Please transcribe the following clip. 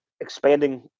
expanding